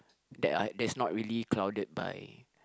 that are that's not really clouded by